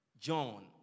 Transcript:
John